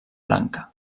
blanca